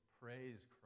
praise